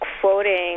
quoting